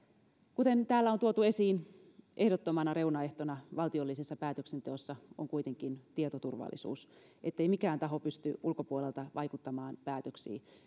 kuten täällä on tuotu esiin ehdottomana reunaehtona valtiollisessa päätöksenteossa on kuitenkin tietoturvallisuus ettei mikään taho pysty ulkopuolelta vaikuttamaan päätöksiin